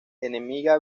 enemiga